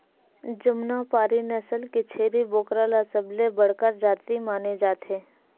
जमुनापारी नसल के छेरी बोकरा ल सबले बड़का जाति माने जाथे